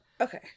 Okay